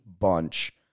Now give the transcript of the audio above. bunch